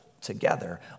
together